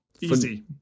easy